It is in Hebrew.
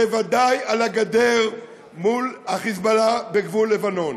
בוודאי על הגדר מול ה"חיזבאללה" בגבול לבנון.